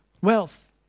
wealth